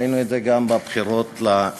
ראינו את זה גם בבחירות לנשיאות,